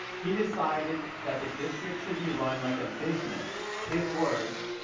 he decided that the district should be run like a business his words